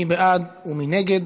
מי בעד ומי נגד?